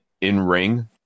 in-ring